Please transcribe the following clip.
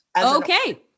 Okay